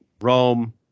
Rome